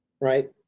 Right